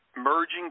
merging